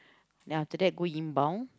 now today I go inbound